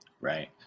Right